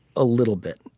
a little bit.